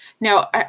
Now